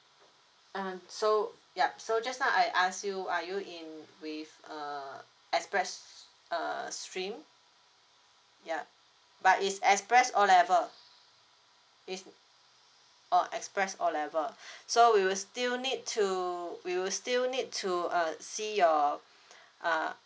uh so yup so just now I asked you are you in with uh express err stream ya but is express O level is uh oh express O level so we will still need to we will still need to uh see your uh